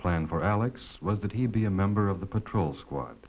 planned for alex was that he'd be a member of the patrol squad